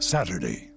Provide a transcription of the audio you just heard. Saturday